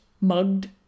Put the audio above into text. mugged